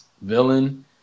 villain